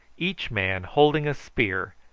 each man holding a spear,